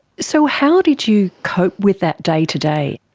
so how did you cope with that day to day?